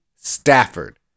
Stafford